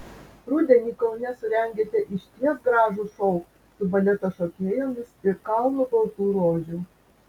rudenį kaune surengėte išties gražų šou su baleto šokėjomis ir kalnu baltų rožių